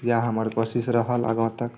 या हमर कोशिश रहल आगाँ तक